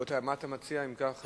מה אתה מציע, אם כך?